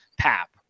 pap